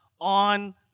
on